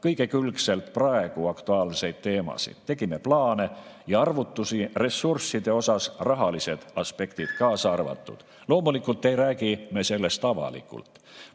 kõigekülgselt praegu aktuaalseid teemasid. Tegime plaane ja arvutusi ressursside kohta, rahalised aspektid kaasa arvatud. Loomulikult ei räägi me sellest avalikult.